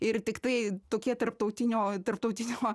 ir tiktai tokie tarptautinio tarptautinio va